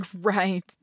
Right